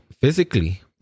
physically